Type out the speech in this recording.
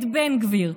את בן גביר,